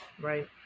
Right